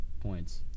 points